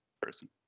person